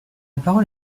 parole